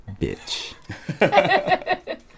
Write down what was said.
bitch